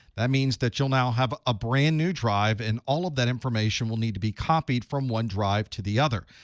that means that you'll now have a brand new drive. and all of that information information will need to be copied from one drive to the other.